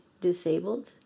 disabled